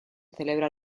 celebra